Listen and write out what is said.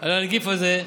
על הנגיף הזה: